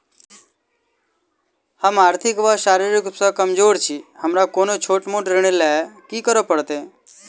हम आर्थिक व शारीरिक रूप सँ कमजोर छी हमरा कोनों छोट मोट ऋण लैल की करै पड़तै?